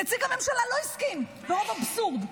נציג הממשלה לא הסכים, ברוב אבסורד.